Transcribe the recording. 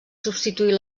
substituir